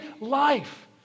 life